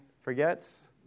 forgets